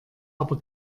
aber